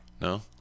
No